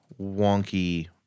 wonky –